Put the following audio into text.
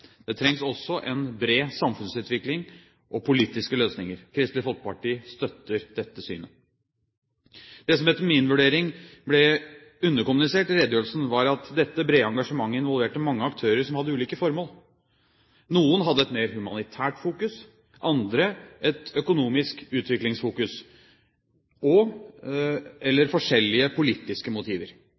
det trengs også en bred samfunnsutvikling og politiske løsninger. Kristelig Folkeparti støtter dette synet. Det som etter min vurdering ble underkommunisert i redegjørelsen, var at dette brede engasjementet involverte mange aktører som hadde ulike formål. Noen hadde et mer humanitært fokus, andre et økonomisk utviklingsfokus og/eller forskjellige politiske motiver.